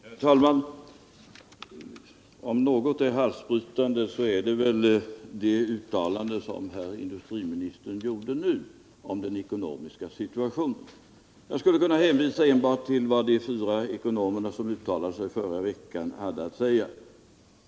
Herr talman! Om någonting är halsbrytande är det väl det uttalande som herr industriministern gjorde nu om den ekonomiska situationen. Jag skulle kunna hänvisa enbart till vad de fyra ekonomer som uttalade sig i förra veckan hade att säga.